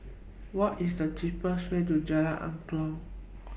What IS The cheapest Way to Jalan Angklong